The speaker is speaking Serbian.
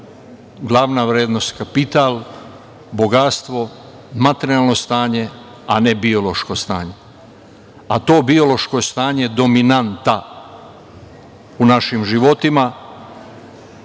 glavna vrednost kapital, bogatstvo, materijalno stanje, a ne biološko stanje. A, to biološko stanje, dominanta u našim životima,